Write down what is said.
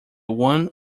one